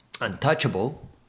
untouchable